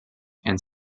and